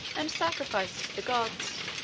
and sacrifices to the gods,